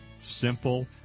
simple